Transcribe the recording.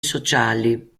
sociali